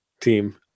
team